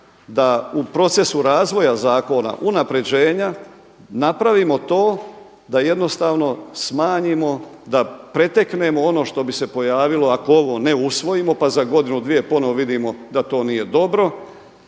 da u procesu razvoja zakona unapređenja napravimo to da jednostavno smanjimo, da preteknemo ono što bi se pojavilo ako ovo ne usvojimo pa za godinu, dvije ponovo vidimo da to nije dobro,